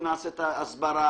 אם נעשה את ההסברה,